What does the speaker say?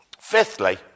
Fifthly